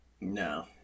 No